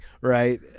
right